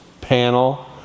panel